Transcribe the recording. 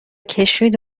کشید